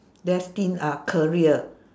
destined ah career